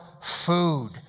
food